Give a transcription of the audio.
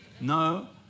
No